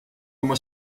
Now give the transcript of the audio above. oma